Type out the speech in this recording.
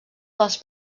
dels